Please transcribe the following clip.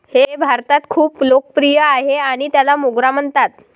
हे भारतात खूप लोकप्रिय आहे आणि त्याला मोगरा म्हणतात